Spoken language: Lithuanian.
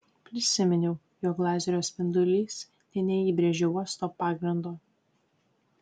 prisiminiau jog lazerio spindulys nė neįbrėžė uosto pagrindo